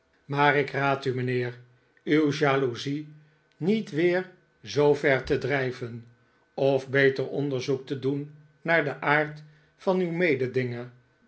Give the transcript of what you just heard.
maar ik raad u mijnheer uw jaloezie niet weei zoo ver te drijven of beter onderzoek te doen naar den aard van uw